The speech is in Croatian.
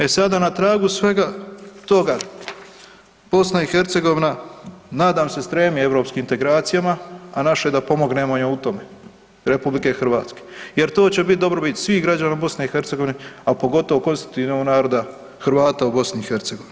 E sada na tragu svega toga BiH nadam se stremi europskim integracijama, a naše je da pomognemo joj u tome, RH, jer to će biti dobrobit svih građana BiH, a pogotovo konstitutivnog naroda Hrvata u BiH.